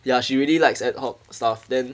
ya she really likes ad hoc stuff then